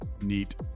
neat